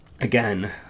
Again